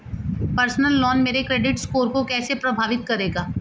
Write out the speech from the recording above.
Personal loan मेरे credit score को कैसे प्रभावित करेगा?